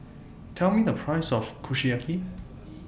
Tell Me The Price of Kushiyaki